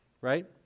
right